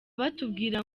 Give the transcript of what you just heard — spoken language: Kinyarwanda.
batubwira